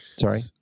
Sorry